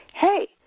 Hey